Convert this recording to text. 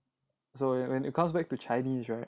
so when it comes back to chinese right